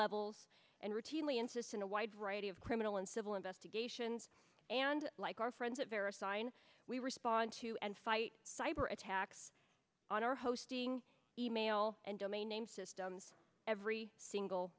levels and routinely insist on a wide variety of criminal and civil investigations and like our friends at various sign we respond to and fight cyber attacks on our hosting email and domain name systems every single